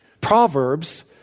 Proverbs